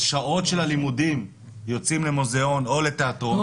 בשעות הלימודים יוצאים למוזיאון או לתיאטרון,